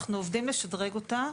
אנחנו עובדים לשדרג אותה.